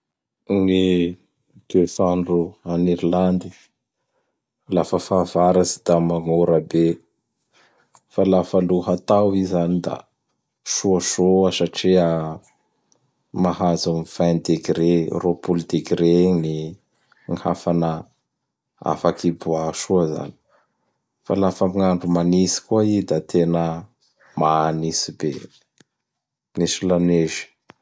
Gny toets'andro agn'Irlande. Lafa fahavaratsy da magnora be; fa lafa lohatao i zany da soasoa satria mahazo am vingt degre, rôpolo degre eo ny gn hafanà. Afaky iboah soa zany. Fa lafa am gn'andro manitsy koa i da tena manitsy be; misy lanezy.